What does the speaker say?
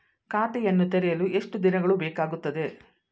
ಖಾತೆಯನ್ನು ತೆರೆಯಲು ಎಷ್ಟು ದಿನಗಳು ಬೇಕಾಗುತ್ತದೆ?